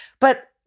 But-